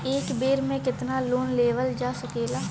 एक बेर में केतना लोन लेवल जा सकेला?